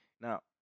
Now